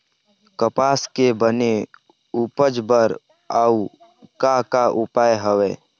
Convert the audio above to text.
कपास के बने उपज बर अउ का का उपाय हवे?